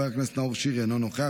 חבר הכנסת נאור שירי אינו נוכח,